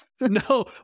No